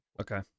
Okay